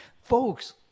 Folks